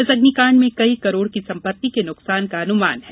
इस अग्निकांड में कई करोड़ की संपत्ति के नुकसान का अनुमान है